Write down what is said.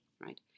right